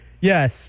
Yes